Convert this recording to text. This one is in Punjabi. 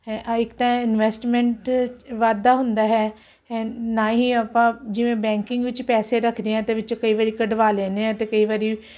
ਇੱਕ ਤਾਂ ਇਨਵੈਸਟਮੈਂਟ ਵਾਧਾ ਹੁੰਦਾ ਹੈ ਨਾ ਹੀ ਆਪਾਂ ਜਿਵੇਂ ਬੈਂਕਿੰਗ ਵਿੱਚ ਪੈਸੇ ਰੱਖਦੇ ਆ ਇਹਦੇ ਵਿੱਚ ਕਈ ਵਾਰੀ ਕਢਵਾ ਲੈਦੇ ਆ ਤੇ ਕਈ ਵਾਰੀ